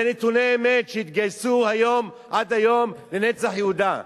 אלה נתוני אמת, שהתגייסו עד היום ל"נצח יהודה".